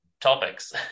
topics